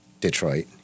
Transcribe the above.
Detroit